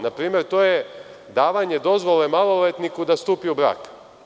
Na primer, to je davanje dozvole maloletniku da stupe u brak.